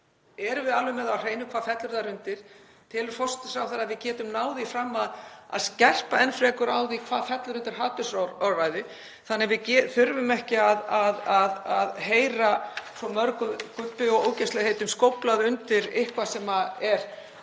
Erum við alveg með á hreinu hvað fellur þar undir? Telur forsætisráðherra að við getum náð því fram að skerpa enn frekar á því hvað fellur undir hatursorðræðu þannig að við þurfum ekki að heyra svo miklu gubbi og ógeðslegheitum skóflað undir eitthvað sem er